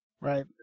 Right